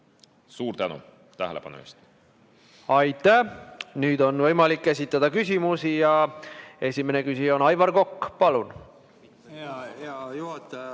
Suur tänu tähelepanu eest! Aitäh! Nüüd on võimalik esitada küsimusi. Esimene küsija on Aivar Kokk. Palun!